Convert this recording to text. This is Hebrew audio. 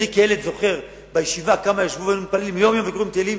ואני כילד זוכר בישיבה כמה היו יושבים ומתפללים יום-יום וקוראים תהילים,